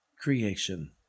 creation